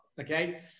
okay